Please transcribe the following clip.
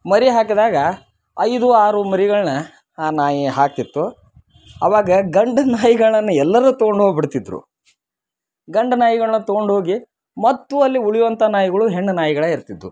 ಮರಿ ಹಾಕಿದಾಗ ಐದು ಆರು ಮರಿಗಳನ್ನ ಆ ನಾಯಿ ಹಾಕ್ತಿತ್ತು ಆವಾಗ ಗಂಡು ನಾಯಿಗಳನ್ನ ಎಲ್ಲರೂ ತಗೊಂಡೋಗ್ಬಿಡ್ತಿದ್ದರು ಗಂಡು ನಾಯಿಗಳನ್ನ ತಗೊಂಡೋಗಿ ಮತ್ತು ಅಲ್ಲಿ ಉಳಿಯುವಂಥ ನಾಯಿಗಳು ಹೆಣ್ಣು ನಾಯಿಗಳು ಇರ್ತಿದ್ವು